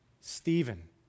Stephen